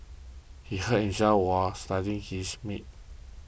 he hurt himself while slicing his meat